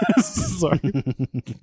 Sorry